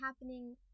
happening